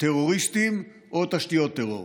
טרוריסטים או תשתיות טרור.